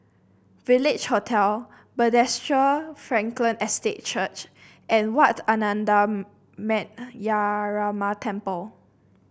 Village Hotel Frankel Estate Church and Wat Ananda Metyarama Temple